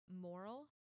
moral